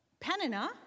Penina